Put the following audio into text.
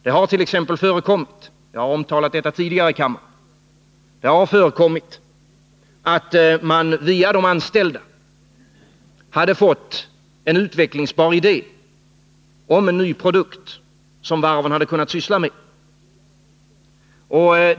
Det har t.ex. förekommit — jag har omtalat det tidigare i kammaren — att man via de anställda hade fått en utvecklingsbar idé om ett nytt projekt, som varvet hade kunnat syssla med.